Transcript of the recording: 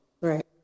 Right